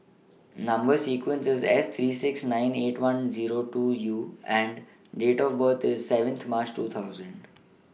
Number sequence IS S three six nine eight one Zero two U and Date of birth IS seventh March two thousand